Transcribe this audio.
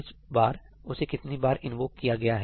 इस बार उसे कितनी बार इन्वोक किया गया है